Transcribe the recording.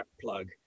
plug